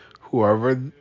whoever